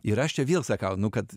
ir aš čia vėl sakau nu kad